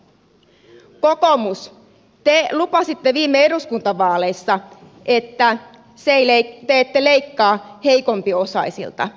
kokoomus te lupasitte viime eduskuntavaaleissa että te ette leikkaa heikompiosaisilta